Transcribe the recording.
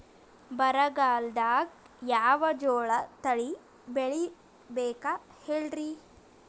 ಬರಗಾಲದಾಗ್ ಯಾವ ಜೋಳ ತಳಿ ಬೆಳಿಬೇಕ ಹೇಳ್ರಿ?